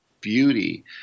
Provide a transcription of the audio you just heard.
beauty